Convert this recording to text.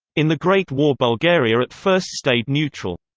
in the great war bulgaria at first stayed neutral.